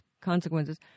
consequences